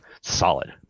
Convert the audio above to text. Solid